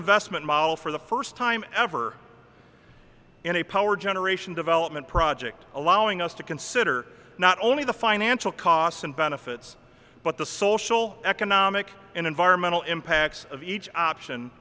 investment model for the first time ever in a power generation development project allowing us to consider not only the financial costs and benefits but the social economic and environmental impacts of each option